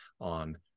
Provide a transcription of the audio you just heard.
on